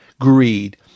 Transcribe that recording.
greed